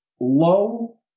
low